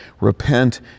Repent